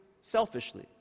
selfishly